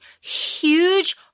huge